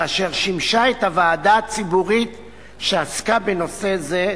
ואשר שימשה את הוועדה הציבורית שעסקה בנושא זה,